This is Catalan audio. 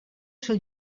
ser